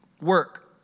work